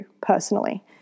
personally